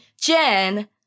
Jen